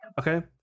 Okay